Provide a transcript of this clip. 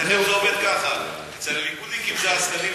אצלכם זה עובד ככה: אצל הליכודניקים זה העסקנים,